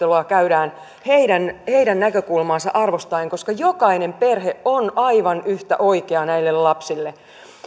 keskustelua käydään heidän heidän näkökulmaansa arvostaen koska jokainen perhe on aivan yhtä oikea näille lapsille